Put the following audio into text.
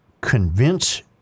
convince